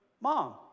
mom